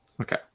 Okay